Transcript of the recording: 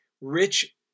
rich